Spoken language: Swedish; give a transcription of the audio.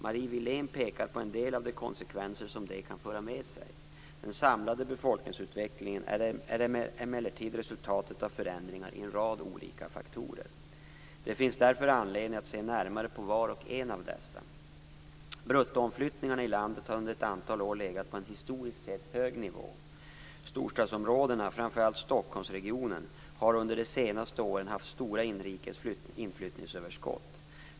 Marie Wilén pekar på en del av de konsekvenser som den kan föra med sig. Den samlade befolkningsutvecklingen är emellertid resultatet av förändringar i en rad olika faktorer. Det finns därför anledning att se närmare på var och en av dessa. Bruttoomflyttningarna i landet har under ett antal år legat på en historiskt sett hög nivå. Storstadsområdena, framför allt Stockholmsregionen, har under de senaste åren haft stora inrikes inflyttningsöverskott.